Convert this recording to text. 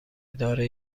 اداره